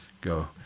Go